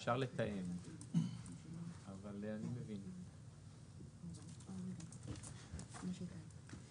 אפשר לתאם אבל אני מבין את מה שאת אומרת.